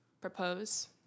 propose